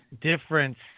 difference